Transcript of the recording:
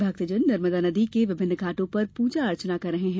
भक्तजन नर्मदा नदी के विभिन्न घाटों पर पूजाअर्चना कर रहे हैं